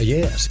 Yes